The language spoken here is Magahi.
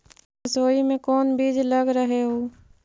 सरसोई मे कोन बीज लग रहेउ?